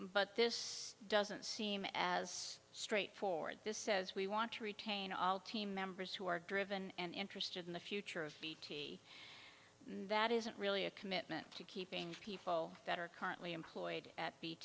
but this doesn't seem as straightforward this says we want to retain all team members who are driven and interested in the future of bt and that isn't really a commitment to keeping people that are currently employed at